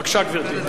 בבקשה, גברתי.